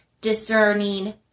discerning